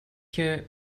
hier